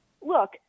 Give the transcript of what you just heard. look